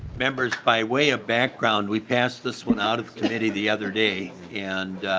members by way of background we pass this one out of committee the other day and